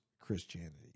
Christianity